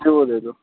تو وہ دے دو